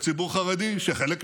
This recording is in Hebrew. יש ציבור חרדי שחלק ממנו,